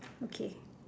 okay